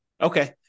Okay